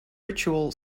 ritual